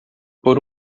por